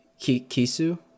kisu